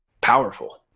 powerful